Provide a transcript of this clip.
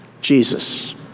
Jesus